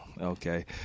okay